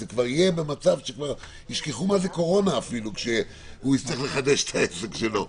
זה יהיה במצב שכבר ישכחו מה זה קורונה כשהוא יצטרך לחדש את העסק שלו,